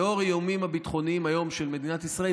לנוכח האיומים הביטחוניים היום על מדינת ישראל,